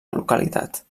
localitat